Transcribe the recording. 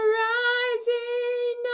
rising